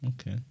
Okay